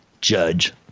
Judge